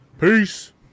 Peace